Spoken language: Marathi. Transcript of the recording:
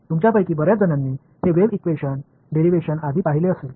तुमच्यापैकी बर्याच जणांनी हे वेव्ह इक्वेशन डेरीव्हेशन आधी पाहिले असेल